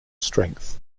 strength